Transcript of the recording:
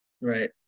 Right